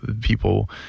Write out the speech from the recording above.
people